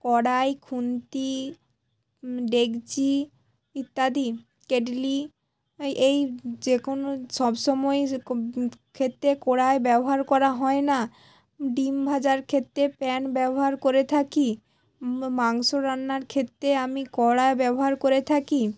কড়াই খুন্তি ডেকচি ইত্যাদি কেটলি এই যে কোনো সব সময় যে ক্ষেত্রে কড়ায় ব্যবহার করা হয় না ডিম ভাজার ক্ষেত্রে প্যান ব্যবহার করে থাকি মাংস রান্নার ক্ষেত্রে আমি কড়া ব্যবহার করে থাকি